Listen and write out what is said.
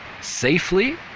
safely